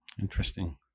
Interesting